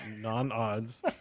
non-odds